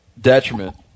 detriment